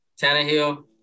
Tannehill